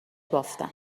بافتم